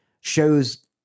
shows